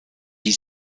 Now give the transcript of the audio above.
die